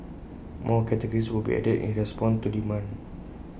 more categories will be added in respond to demand